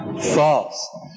False